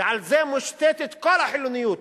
ועל זה מושתתת כל החילוניות,